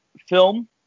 film